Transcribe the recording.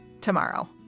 tomorrow